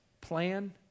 plan